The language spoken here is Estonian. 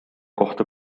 kohta